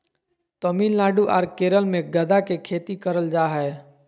तमिलनाडु आर केरल मे गदा के खेती करल जा हय